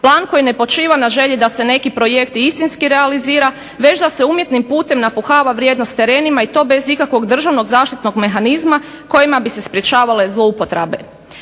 plan koji ne počiva na želji da se neki projekt istinski realizira već da se umjetnim putem napuhava vrijednost terenima i to bez ikakvog državnog zaštitnog mehanizma kojima bi se sprečavale zloupotrebe.